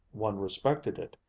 one respected it,